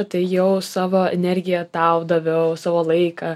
atėjau savo energiją tau daviau savo laiką